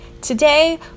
today